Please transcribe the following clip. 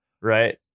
right